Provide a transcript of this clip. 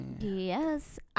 Yes